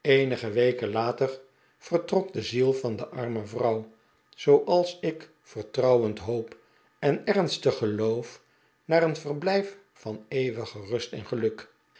eenige weken later vertrok de ziel van de arme vrouw zooals ik vertrouwend hoop en ernstig geloof naar een verblijf van eeuwige rust en geluk